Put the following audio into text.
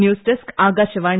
news desk Akashvani